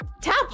Tap